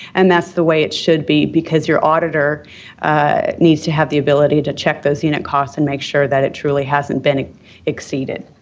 and that's the way it should be because your auditor needs to have the ability to check those unit costs and make sure that it truly hasn't been exceeded.